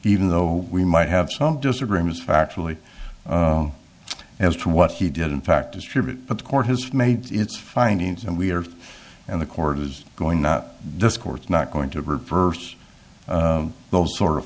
even though we might have some disagreements factually as to what he did in fact distribute but the court has made its findings and we are and the court is going not this court's not going to reverse of those sort of